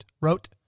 wrote